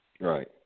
Right